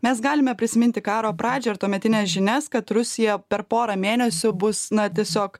mes galime prisiminti karo pradžią ir tuometines žinias kad rusija per porą mėnesių bus na tiesiog